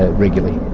ah regularly.